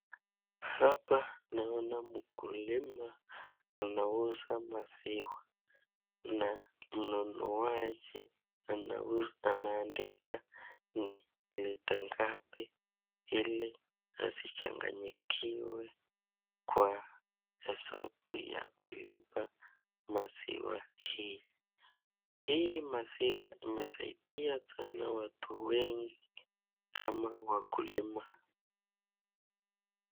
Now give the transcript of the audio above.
Hapa naona mkulima anauza maziwa na mnunuaji anaandika ni lita ngapi ili asichanganyikiwe kwa hesabu ya kulipa maziwa hii. Hii maziwa imesaidia sana watu wengi kama wakulima.